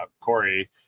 Corey